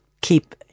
keep